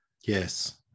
yes